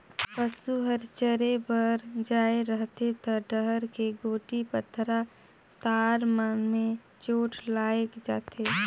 पसू हर चरे बर जाये रहथे त डहर के गोटी, पथरा, तार मन में चोट लायग जाथे